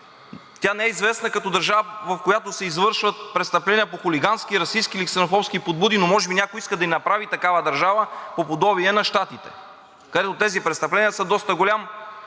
не е известна като държава, в която се извършват престъпления по хулигански, расистки или ксенофобски подбуди, но може би някой иска да ни направи такава държава по подобие на Щатите, където тези престъпления са доста голям